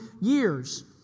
years